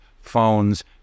phones